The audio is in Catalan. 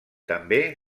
també